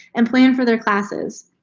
and plan for their classes.